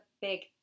big